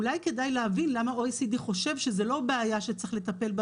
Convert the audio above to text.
אולי כדאי להבין למה ה-OECD חושב שזה לא בעיה שצריך לטפל בה